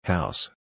House